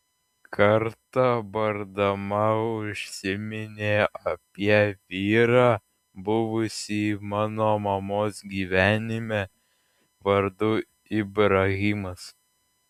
kartą bardama užsiminė apie vyrą buvusį mano mamos gyvenime vardu ibrahimas